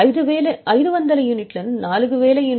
28000 4000 x 500